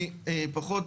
אני פחות